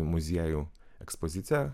muziejų ekspoziciją